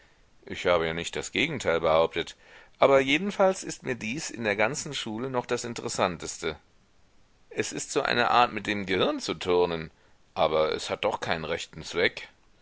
ich habe ja nicht das gegenteil behauptet aber jedenfalls ist mir dies in der ganzen schule noch das interessanteste es ist so eine art mit dem gehirn zu turnen aber es hat doch keinen rechten zweck